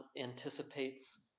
anticipates